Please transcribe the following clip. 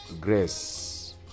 grace